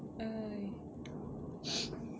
ai